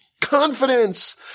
confidence